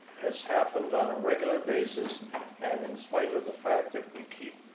has happened on a regular basis and in spite of the fact that we keep